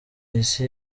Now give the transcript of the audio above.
isi